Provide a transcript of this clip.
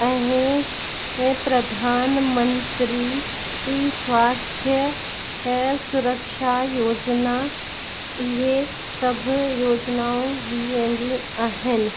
ऐं इहे प्रधानमंत्री स्वास्थ्य सुरक्षा योजना इहे सभु योजनाऊं ॾिनी वेंदियूं आहिनि